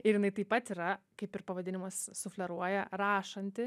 ir jinai taip pat yra kaip ir pavadinimas sufleruoja rašanti